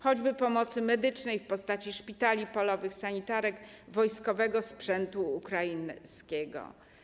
Choćby pomocy medycznej w postaci szpitali polowych, sanitarek, wojskowego sprzętu ukraińskiego.